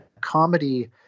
comedy